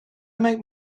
make